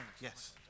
Yes